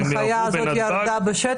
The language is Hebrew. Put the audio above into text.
הם יעברו בנתב"ג --- ההנחיה הזאת ירדה לשטח?